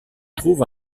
trouve